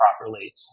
properly